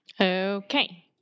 Okay